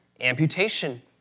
amputation